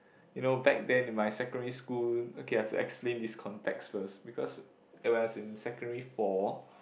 you know back then in my secondary school okay I have to explain this context first because uh when I was in secondary four